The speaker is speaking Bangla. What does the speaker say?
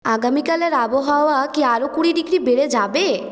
আগামীকালের আবহাওয়া কি আরও কুড়ি ডিগ্রি বেড়ে যাবে